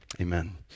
Amen